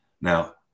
Now